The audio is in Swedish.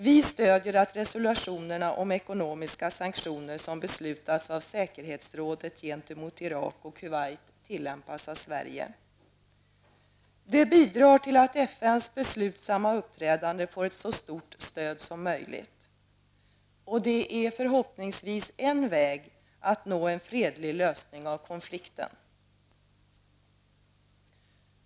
Vi stödjer att resolutionerna om ekonomiska sanktioner som beslutats av säkerhetsrådet gentemot Irak och Kuwait tillämpas av Sverige. Det bidrar till att FNs beslutsamma uppträdande får ett så stort stöd som möjligt. Det är förhoppningsvis en väg att nå en fredlig lösning av konflikten.